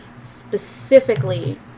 specifically